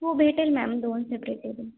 हो भेटेल मॅम दोन सेपरेट टेबल